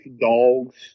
dogs